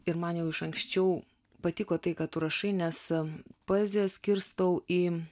ir man jau iš anksčiau patiko tai ką tu rašai nes poeziją skirstau į